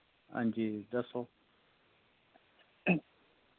हांजी दस्सो